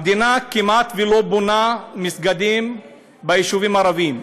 המדינה כמעט לא בונה מסגדים ביישובים ערביים,